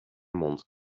mond